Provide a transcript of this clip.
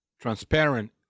transparent